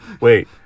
wait